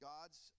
God's